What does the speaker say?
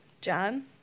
John